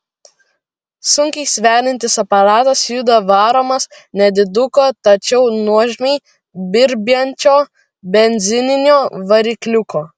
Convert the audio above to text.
sunkiai sveriantis aparatas juda varomas nediduko tačiau nuožmiai birbiančio benzininio varikliuko